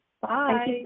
Bye